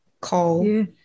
call